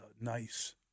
nice